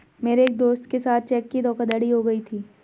मेरे एक दोस्त के साथ चेक की धोखाधड़ी हो गयी थी